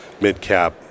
mid-cap